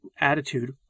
attitude